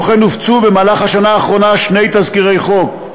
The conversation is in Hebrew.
כמו כן, הופצו במהלך השנה האחרונה שני תזכירי חוק,